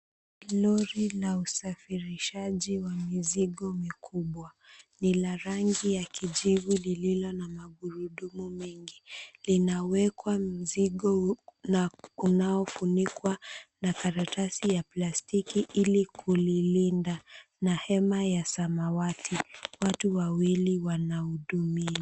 Lori la usafirishaji wa mizigo mikubwa, ni la rangi ya kijivu lililo na magurudumu mengi. Linawekwa mzigo na unaofunikwa na karatasi ya plastiki ili kulilinda na hema ya samawati, watu wawili wanahudumia.